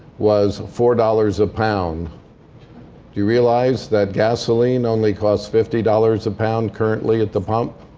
was four dollars a pound. do you realize that gasoline only costs fifty dollars a pound currently at the pump?